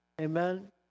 Amen